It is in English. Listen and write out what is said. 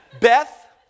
Beth